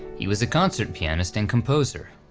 he was a concert pianist and composer.